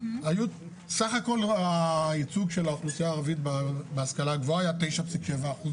סך הכול הייצוג של האוכלוסייה הערבית בהשכלה הגבוהה היה 9.7%